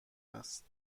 است